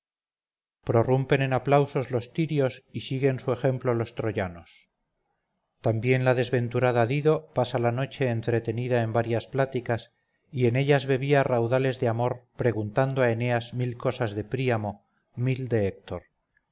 prorrumpen en aplausos los tirios y siguen su ejemplo los troyanos también la desventurada dido pasaba la noche entretenida en varias pláticas y en ellas bebía raudales de amor preguntando a eneas mil cosas de príamo mil de héctor